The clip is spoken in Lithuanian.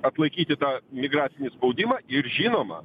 atlaikyti tą migracinį spaudimą ir žinoma